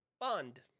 Bond